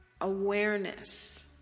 awareness